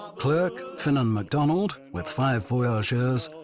clerk finan mcdonald with five voyageurs,